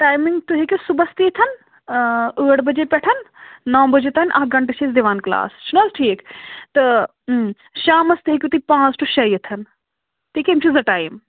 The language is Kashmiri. ٹایمِنٛگ تُہۍ ہیٚکِو صُبحس تہِ یِتھن ٲٹھ بجے پٮ۪ٹھ نو بجے تانۍ اکھ گنٛٹہٕ چھِ أسۍ دِوان کٕلاس چھُنَہ حظ ٹھیٖک تہٕ شاپس تہِ ہیٚکِو تُہۍ پانٛژھ ٹُو شےٚ یِتھن ٹایِم